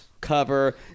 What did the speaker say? cover